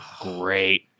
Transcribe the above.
great